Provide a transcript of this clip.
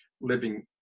living